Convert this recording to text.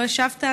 לא השבת,